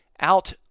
out